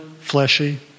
fleshy